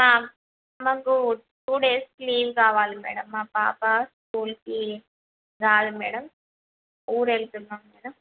మాకు two days leave కావాలి madam మా పాప స్కూల్కి రాదు మేడం ఊరు వెళ్తున్నాం మేడం